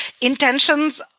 intentions